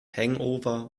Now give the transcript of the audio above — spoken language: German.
hangover